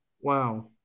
Wow